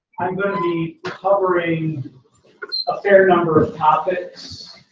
i'm gonna be covering a fair number of topics,